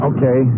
Okay